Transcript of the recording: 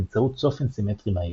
באמצעות צופן סימטרי מהיר.